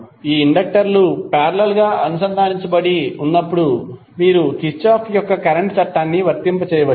ఈ ఇండక్టర్లు పారేలల్ గా అనుసంధానించబడినప్పుడు మీరు కిర్చాఫ్ యొక్క కరెంట్ చట్టాన్ని వర్తింపజేయవచ్చు